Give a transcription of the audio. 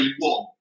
one